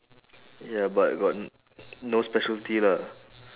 ya but got no specialty lah